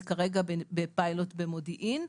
זה כרגע בפיילוט במודיעין.